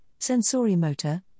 sensorimotor